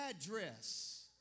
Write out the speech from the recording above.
address